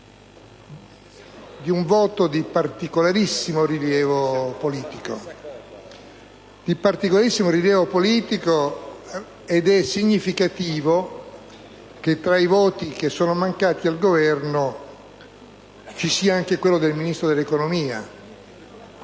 di un voto di particolarissimo rilievo politico ed è significativo che, tra i voti mancati al Governo, ci sia anche quello del Ministro dell'economia.